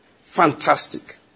Fantastic